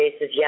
yes